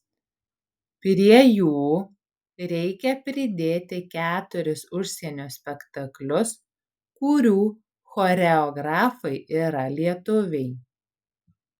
prie jų reikia pridėti keturis užsienio spektaklius kurių choreografai yra lietuviai